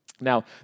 Now